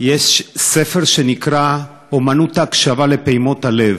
יש ספר שנקרא "אמנות ההקשבה לפעימות הלב".